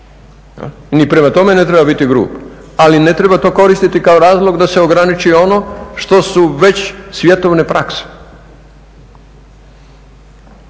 Ni prema tome ne treba biti grub, ali ne treba to koristiti kao razlog da se ograniči ono što su već svjetovne prakse.